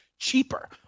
cheaper